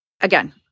Again